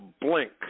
blink